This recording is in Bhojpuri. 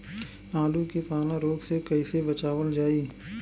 आलू के पाला रोग से कईसे बचावल जाई?